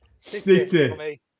City